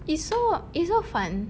it's so it's so fun